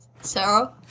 Sarah